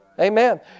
Amen